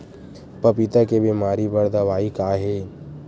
पपीता के बीमारी बर दवाई का हे?